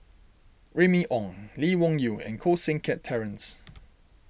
Remy Ong Lee Wung Yew and Koh Seng Kiat Terence